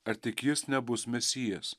ar tik jis nebus mesijas